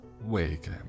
wake